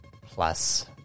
plus